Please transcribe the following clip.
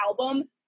album